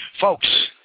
folks